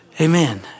Amen